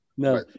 No